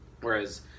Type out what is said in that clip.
Whereas